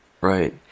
Right